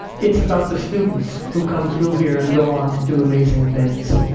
it's about the students who come through here and go on to do amazing things.